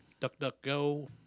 DuckDuckGo